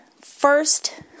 first